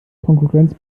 konkurrenz